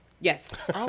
Yes